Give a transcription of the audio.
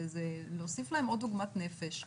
זה להוסיף להם עוד עוגמת נפש,